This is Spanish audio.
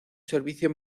servicio